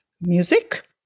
music